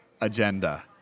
agenda